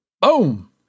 Boom